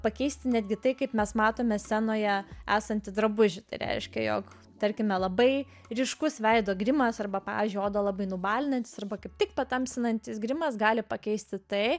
pakeisti netgi tai kaip mes matome scenoje esantį drabužį tai reiškia jog tarkime labai ryškus veido grimas arba pavyzdžiui oda labai nubalinantis arba kaip tik patamsinantis grimas gali pakeisti tai